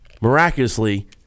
miraculously